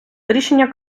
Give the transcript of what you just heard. рішення